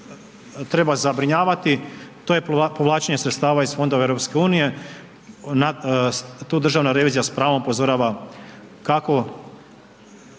treba zabrinjavati, to je povlačenje sredstava iz fondova EU, tu Državna revizija s pravom upozorava kako